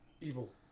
evil